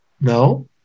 No